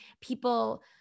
people